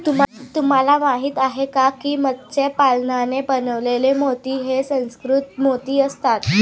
तुम्हाला माहिती आहे का की मत्स्य पालनाने बनवलेले मोती हे सुसंस्कृत मोती असतात